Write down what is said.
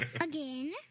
Again